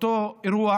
אותו אירוע